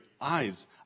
eyes